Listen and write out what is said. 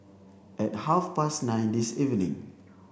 at half past nine this evening